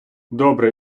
добре